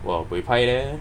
!wah! buey pai leh